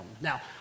Now